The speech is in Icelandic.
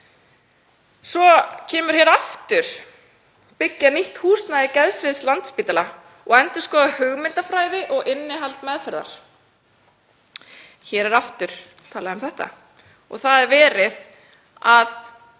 Svo kemur hér aftur: „Byggja nýtt húsnæði geðsviðs Landspítala og endurskoða hugmyndafræði og innihald meðferðar.“ Hér er aftur talað um þetta og verið er